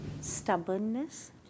Stubbornness